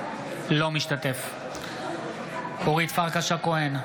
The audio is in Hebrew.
אינו משתתף בהצבעה אורית פרקש הכהן,